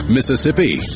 Mississippi